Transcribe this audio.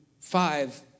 five